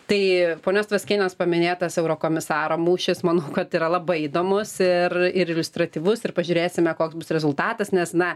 tai ponios tvaskienės paminėtas eurokomisaro mūšis manau kad yra labai įdomus ir ir iliustratyvus ir pažiūrėsime koks bus rezultatas nes na